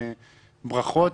ברכות,